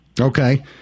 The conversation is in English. Okay